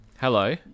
Hello